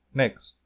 next